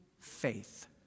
faith